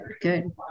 good